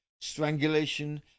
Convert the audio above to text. strangulation